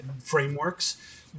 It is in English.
frameworks